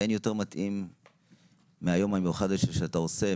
ואין יותר מתאים מהיום המיוחד הזה שאתה עושה,